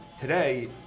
today